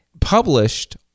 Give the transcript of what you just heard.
published